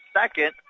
second